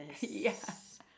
Yes